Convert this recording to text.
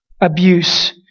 Abuse